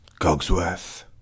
Cogsworth